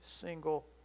single